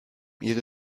ihre